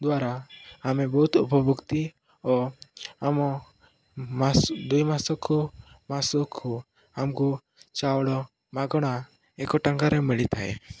ଦ୍ୱାରା ଆମେ ବହୁତ ଉପଭୁକ୍ତି ଓ ଆମ ମାସ ଦୁଇ ମାସକୁ ମାସକୁ ଆମକୁ ଚାଉଳ ମାଗଣା ଏକ ଟଙ୍କାରେ ମିଳିଥାଏ